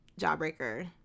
Jawbreaker